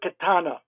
katana